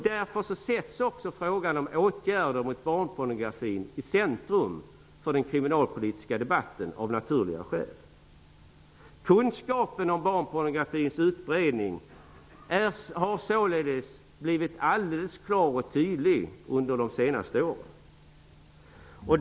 Därför sätts också frågan om åtgärder mot barnpornografin, av naturliga skäl, i centrum för den kriminalpolitiska debatten. Kunskapen om barnpornografins utbredning har således blivit alldeles klar och tydlig under de senaste åren.